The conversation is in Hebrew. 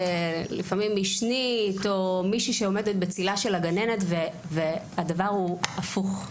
למעמים משנית או מישהי שעומדת בצילה של הגננת והדבר הוא הפוך.